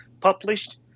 published